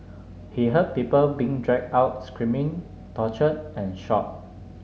he heard people being dragged out screaming tortured and shot